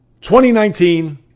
2019